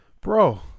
Bro